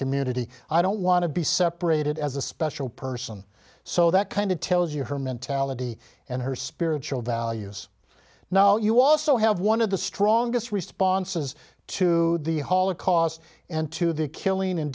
community i don't want to be separated as a special person so that kind of tells you her mentality and her spiritual values now you also have one of the strongest responses to the holocaust and to the killing